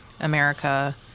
America